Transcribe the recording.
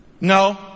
No